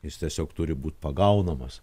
jis tiesiog turi būt pagaunamas